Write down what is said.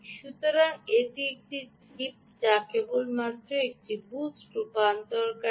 সুতরাং এটি একটি চিপ যা কেবলমাত্র একটি বুস্ট রূপান্তরকারী